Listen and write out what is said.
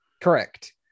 Correct